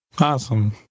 Awesome